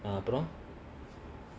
ah from